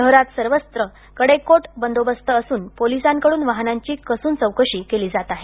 शहरात सर्वत्र कडे कोट बंदोबस्त असून पोलिसांकडून वाहनांची कसून चौकशी केली जात आहे